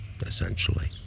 essentially